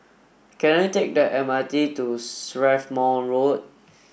can I take the M R T to Strathmore Road